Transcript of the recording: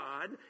god